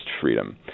freedom